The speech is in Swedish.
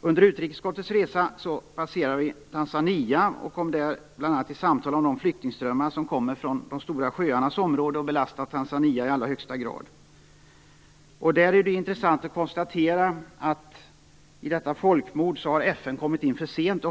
Under utrikesutskottets resa passerade vi Tanzania. Där kom vi bl.a. i samtal om de flyktingströmmar som kommer från de stora sjöarnas område och som belastar Tanzania i allra högsta grad. Det är intressant att konstatera att FN i samband med detta folkmord har kommit in för sent.